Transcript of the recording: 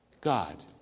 God